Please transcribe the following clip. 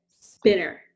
spinner